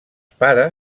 para